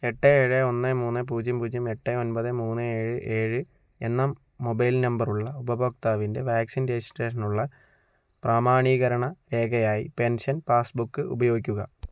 എട്ട് ഏഴ് ഒന്ന് മൂന്ന് പൂജ്യം പൂജ്യം എട്ട് ഒൻപത് മൂന്ന് ഏഴ് ഏഴ് എന്ന മൊബൈൽ നമ്പറുള്ള ഉപയോക്താവിൻ്റെ വാക്സിൻ രജിസ്ട്രേഷനുള്ള പ്രാമാണീകരണ രേഖയായി പെൻഷൻ പാസ്ബുക്ക് ഉപയോഗിക്കുക